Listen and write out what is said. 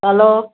hello